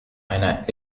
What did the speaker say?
einer